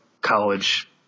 college